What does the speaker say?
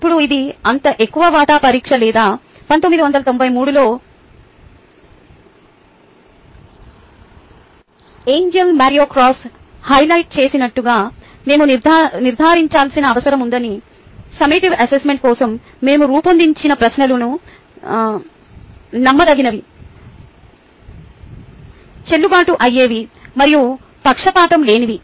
ఇప్పుడు ఇది అంత ఎక్కువ వాటా పరీక్ష లేదా 1993 లో ఏంజెలో మరియు క్రాస్ హైలైట్ చేసినట్లుగా మేము నిర్ధారించాల్సిన అవసరం ఉన్నందున సమ్మేటివ్ అసెస్మెంట్ కోసం మేము రూపొందించిన ప్రశ్నలు నమ్మదగినవి చెల్లుబాటు అయ్యేవి మరియు పక్షపాతం లేనివి